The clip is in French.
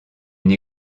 une